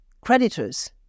creditors